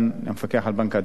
המפקח על בנק הדואר,